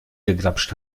gegrapscht